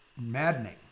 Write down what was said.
maddening